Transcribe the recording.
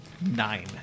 nine